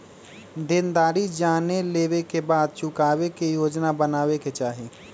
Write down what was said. देनदारी जाने लेवे के बाद चुकावे के योजना बनावे के चाहि